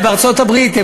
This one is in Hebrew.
בארצות-הברית,